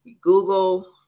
Google